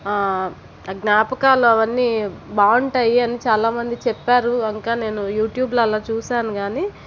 జ్ఞాపకాలు అవన్నీ బాగుంటాయి అని చాలామంది చెప్పారు ఇంకా నేను యూట్యూబ్లలో చూశాను కాని